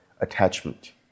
attachment